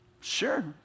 Sure